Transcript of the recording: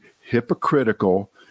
hypocritical